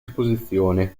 esposizione